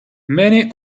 many